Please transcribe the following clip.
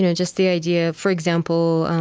you know just the idea for example,